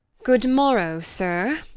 good morrow, sir.